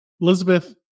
Elizabeth